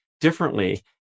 differently